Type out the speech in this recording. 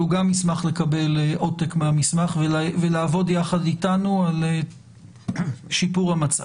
הוא גם ישמח לקבל עותק מהמסמך ולעבוד יחד איתנו על שיפור המצב.